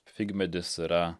figmedis yra